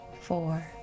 four